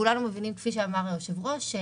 כולנו מבינים, כפי שאמר היושב-ראש,